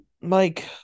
Mike